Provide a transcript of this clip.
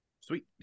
sweet